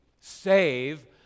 save